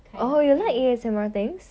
kind of feels